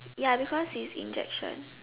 ya because it's injection